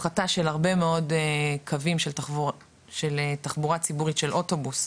הפחתה של הרבה מאד קווים של תחבורה ציבורית של אוטובוס,